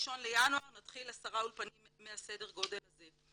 ב-1 לינואר נתחיל עשרה אולפנים מהסדר גודל הזה.